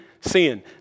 sin